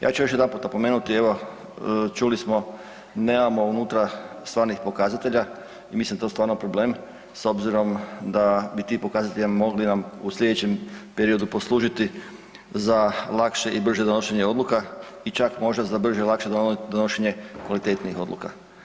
Ja ću još jedanput napomenuti, evo čuli smo nemamo unutra stvarnih pokazatelja i mislim da je to stvarno problem s obzirom da bi ti pokazatelji mogli nam u slijedećem periodu poslužiti za lakše i brže donošenje odluka i čak možda za brže i lakše donošenje kvalitetnijih odluka.